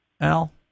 Al